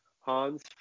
Hans